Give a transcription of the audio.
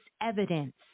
evidence